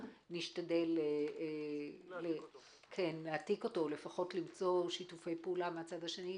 שנשתדל להעתיק אותו או לפחות למצוא שיתופי פעולה מהצד השני,